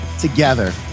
together